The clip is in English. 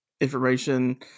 information